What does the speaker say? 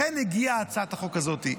לכן הגיעה הצעת החוק הזאת,